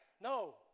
No